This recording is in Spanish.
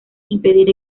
impedir